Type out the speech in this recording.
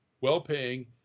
well-paying